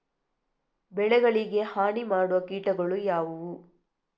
ಬೆಳೆಗಳಿಗೆ ಹಾನಿ ಮಾಡುವ ಕೀಟಗಳು ಯಾವುವು?